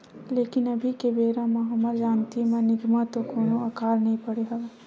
लेकिन अभी के बेरा म हमर जानती म निमगा तो कोनो अकाल नइ पड़े हवय